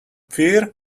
fear